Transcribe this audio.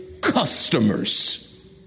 customers